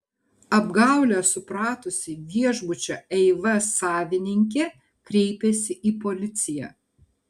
apgaulę supratusi viešbučio eiva savininkė kreipėsi į policiją